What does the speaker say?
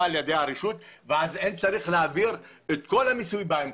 על-ידי הרשות ואז אין צורך להעביר את כל המיסוי באמצע.